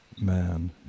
man